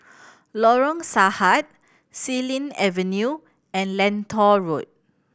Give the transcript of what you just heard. Lorong Sahad Xilin Avenue and Lentor Road